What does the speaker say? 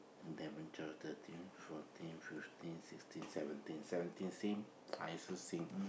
eleven twelve thirteen fourteen fifteen sixteen seventeen